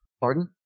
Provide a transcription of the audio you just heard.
Pardon